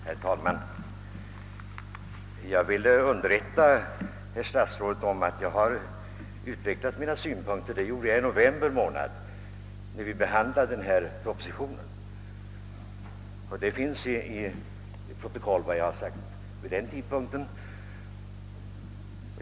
Herr talman! Jag vill underrätta herr statsrådet om att jag utvecklade mina synpunkter i november månad i fjol, då vi behandlade propositionen i detta ärende. Vad jag sade vid den tidpunkten återfinns i protokollet.